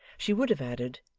she would have added,